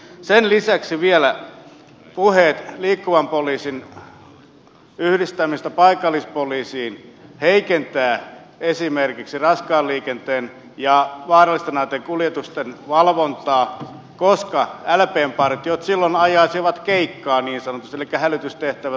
sen lisäksi vielä puheet liikkuvan poliisin yhdistämisestä paikallispoliisiin heikentävät esimerkiksi raskaan liikenteen ja vaarallisten aineitten kuljetusten valvontaa koska lpn partiot silloin ajaisivat keikkaa niin sanotusti elikkä hälytystehtävältä toiselle